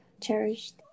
cherished